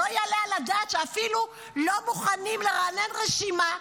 לא יעלה על הדעת שאפילו לא מוכנים לרענן רשימה,